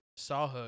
Sawhook